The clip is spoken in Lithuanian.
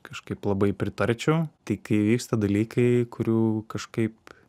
kažkaip labai pritarčiau tai kai įvyksta dalykai kurių kažkaip